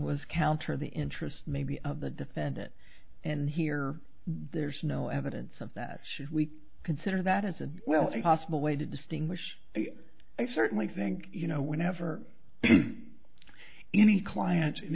was counter the interest maybe of the defendant and here there's no evidence of that should we consider that as a well as possible way to distinguish i certainly think you know whenever any client in